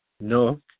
No